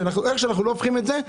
שאיך שלא נהפוך את זה,